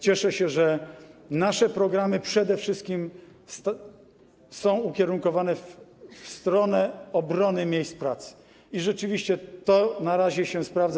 Cieszę się, że nasze programy przede wszystkim są ukierunkowane na obronę miejsc pracy i rzeczywiście to na razie się sprawdza.